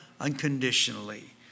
unconditionally